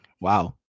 Wow